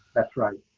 that's right.